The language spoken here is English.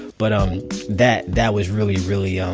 but um that that was really, really, um